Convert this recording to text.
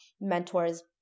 mentors